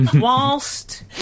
Whilst